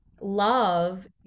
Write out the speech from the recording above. Love